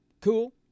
cool